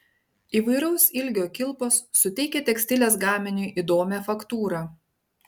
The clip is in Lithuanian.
įvairaus ilgio kilpos suteikia tekstilės gaminiui įdomią faktūrą